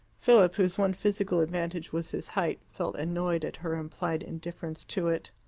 philip, whose one physical advantage was his height, felt annoyed at her implied indifference to it.